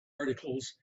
articles